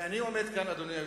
ואני עומד כאן, אדוני היושב-ראש,